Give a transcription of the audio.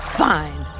fine